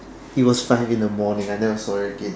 it was fine in the morning I never saw it again